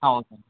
ಹೌದಾ